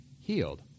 healed